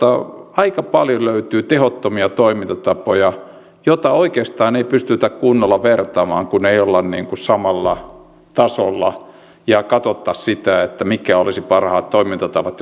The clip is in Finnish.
aika paljon löytyy tehottomia toimintatapoja joita oikeastaan ei pystytä kunnolla vertaamaan kun ei olla samalla tasolla ja katsottaisiin sitä mitkä olisivat parhaat toimintatavat